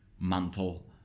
Mantle